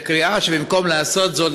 בקריאה שבמקום לעשות זאת,